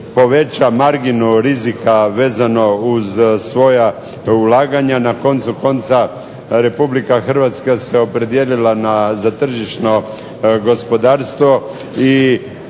poveća marginu rizika vezano uz svoja ulaganja, na koncu konca, Republika Hrvatska se opredijelila za tržišno gospodarstvo i